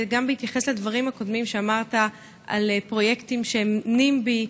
גם בהתייחס לדברים הקודמים שאמרת על פרויקטים שהם NIMBY,